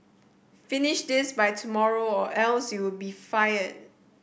finish this by tomorrow or else you'll be fired